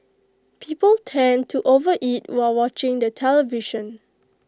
people tend to overeat while watching the television